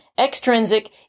Extrinsic